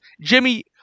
Jimmy